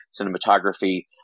cinematography